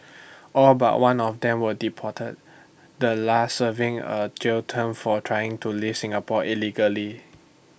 all but one of them were deported the last serving A jail term for trying to leave Singapore illegally